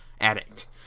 addict